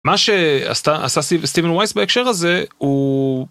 מה שעשתה עשה סטיבן ווייס בהקשר הזה, הוא...